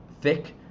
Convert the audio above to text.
thick